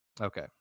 Okay